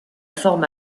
forme